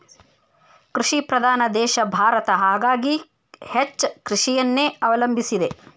ಕೃಷಿ ಪ್ರಧಾನ ದೇಶ ಭಾರತ ಹಾಗಾಗಿ ಹೆಚ್ಚ ಕೃಷಿಯನ್ನೆ ಅವಲಂಬಿಸಿದೆ